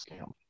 scam